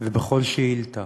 ובכל שאילתה